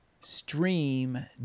stream